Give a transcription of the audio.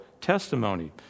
testimony